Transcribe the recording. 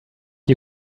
you